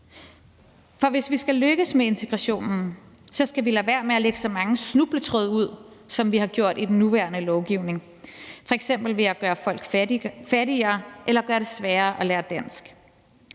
For hvis vi skal lykkes med integrationen, skal vi lade være med at lægge så mange snubletråde ud, som vi har gjort i den nuværende lovgivning, f.eks. ved at gøre folk fattigere eller gøre det sværere at lære dansk.